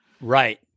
Right